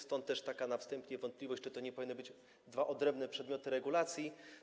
Stąd też na wstępie taka wątpliwość, czy to nie powinny być dwa odrębne przedmioty regulacji.